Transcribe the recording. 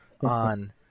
on